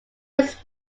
was